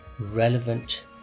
relevant